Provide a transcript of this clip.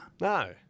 No